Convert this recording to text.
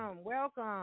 Welcome